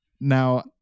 Now